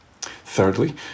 Thirdly